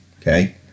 okay